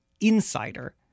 insider